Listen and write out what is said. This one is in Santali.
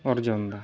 ᱚᱨᱡᱚᱱᱮᱫᱟ